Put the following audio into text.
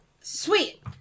Sweet